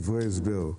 דברי הסבר: